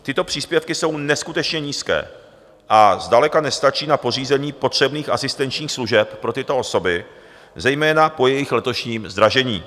Tyto příspěvky jsou neskutečně nízké a zdaleka nestačí na pořízení potřebných asistenčních služeb pro tyto osoby, zejména po jejich letošním zdražení.